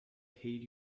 heed